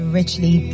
richly